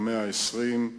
במאה ה-20,